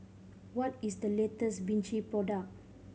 what is the latest Vichy product